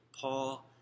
Paul